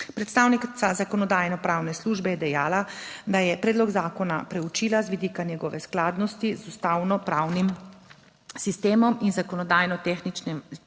Predstavnica Zakonodajno-pravne službe je dejala, da je predlog zakona preučila z vidika njegove skladnosti z ustavno pravnim sistemom in zakonodajno-tehničnega